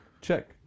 Check